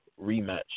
rematch